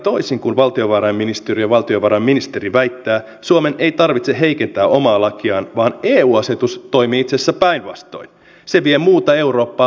toisin kuin valtiovarainministeriö ja valtiovarainministeri väittävät suomen ei tarvitse heikentää omaa lakiaan vaan eu asetus toimii itse asiassa päinvastoin se vie muuta eurooppaa lähemmäksi suomea